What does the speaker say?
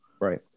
Right